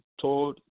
told